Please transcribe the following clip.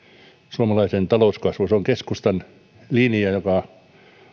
suomalaiseen talouskasvuun se on keskustan linja joka